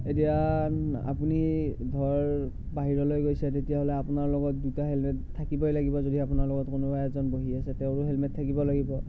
এতিয়া আপুনি ধৰক বাহিৰলৈ গৈছে তেতিয়াহ'লে আপোনাৰ লগত দুটা হেলমেট থাকিবই লাগিব যদি আপোনাৰ লগত কোনোবা এজন বহি আছে তেওঁৰো হেলমেট থাকিব লাগিব